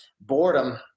boredom